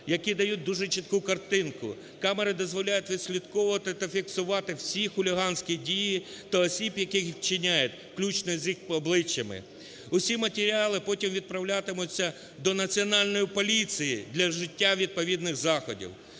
які дають дуже чітку картинку. Камери дозволяються відслідковувати та фіксувати всі хуліганські дії та осіб, які їх вчиняють, включно з їх обличчями. Усі матеріали потім відправлятимуться до Національної поліції для вжиття відповідних заходів.